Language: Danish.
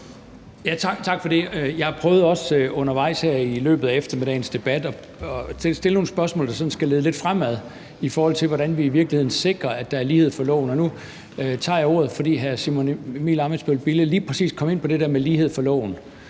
Tak for det. Jeg prøvede også undervejs her i løbet af eftermiddagens debat at stille nogle spørgsmål, der sådan skal lede lidt fremad, i forhold til hvordan vi i virkeligheden sikrer, at der er lighed for loven, og nu tager jeg ordet, fordi hr. Simon Emil Ammitzbøll-Bille lige præcis kom ind på det med lighed for loven;